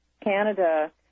Canada